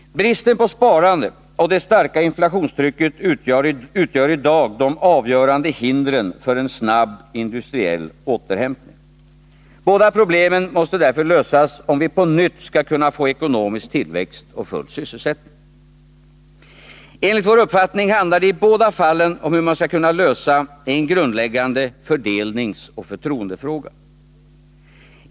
Bristen på sparande och det starka inflationstrycket utgör i dag de avgörande hindren för en snabb industriell återhämtning. Båda problemen måste därför lösas om vi på nytt skall kunna få ekonomisk tillväxt och full sysselsättning. Enligt vår uppfattning handlar det i båda fallen om hur man skall kunna lösa en grundläggande fördelningsoch förtroendefråga.